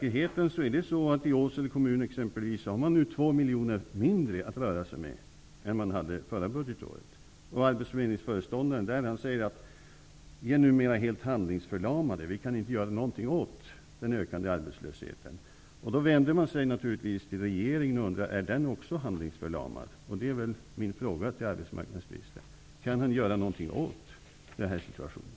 I Åsele kommun exempelvis har man nu 2 miljoner kronor mindre att röra sig med än man hade förra budgetåret. Arbetsförmedlingsföreståndaren där säger: Vi är numera helt handlingsförlamade. Vi kan inte göra något åt den ökande arbetslösheten. Då vänder man sig naturligtvis till regeringen och undrar: Är den också handlingsförlamad? Det är min fråga till arbetsmarknadsministern: Kan man göra något åt denna situation?